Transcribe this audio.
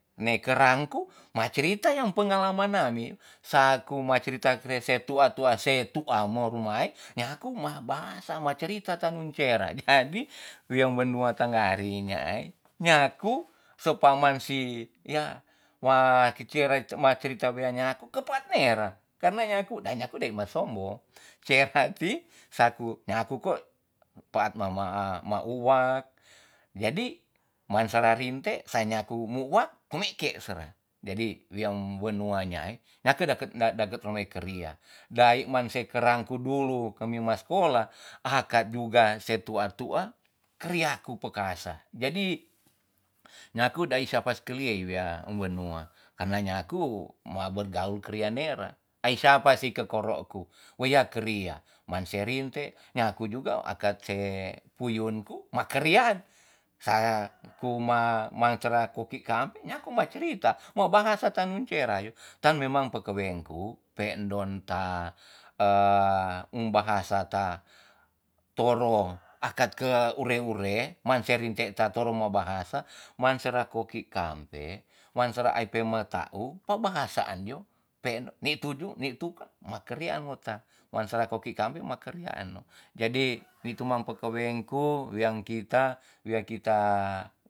Ne kerang ku ma crita yang pengalam nami. saku ma crita krese tua tua se tu'a mo ru mai nyaku ma bahasa ma cerita ta nun sera. jadi wean benua tanggari nyaai nyaku se paman si ya waki sera ma crita wea nyaku kepat nera karena nyaku dae nyaku dae ma sombong ce hati saku nyaku ko paat mama a ma wak jadi mansara rinte sa nyaku mu wak kume'kek sera. jadi wean wenua nyai nyaket daket da- daket rumae keria dai masi kerang ku dulu kami ma skola ha kat juga se tu'a tu'a keria ku pekasa jadi nyaku dai sia pa skiliyei wea um wenua karena nyaku ma bergaul kria nera ai sia pa si ke koro ku weya keria man se rinte nyaku juga akat se puyun ku maka ria'an. saku ma mantra koki kampe nyaku mo bacrita mo bahasa tanung sera yo tan memang pakeweng ku, pe'ndon t um bahasa ta toro akat ke ure ure man se rinte ta toro mo bahasa man sera koki kampe. man sera ai pe meta u ba bahasaan jo pen ni tu ju ni tu kan ma kariaan mo ta masara koki kampe ma karia an mo jadi ni tu man pekaweng ku wean kita- wea kita